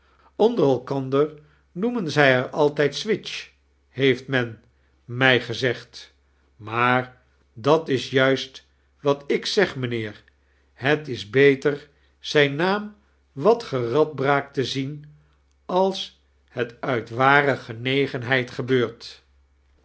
onder elkander noemen zij haar altijd swidge heeft men mij gezegd maar dat is juist wat ik zeg mijnheer het is beter zijn naam wat geradbraakt te zian als het uit ware genegenheid gebeurt